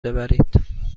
ببرید